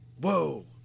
whoa